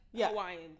Hawaiian